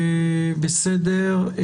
לא.